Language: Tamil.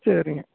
சரிங்க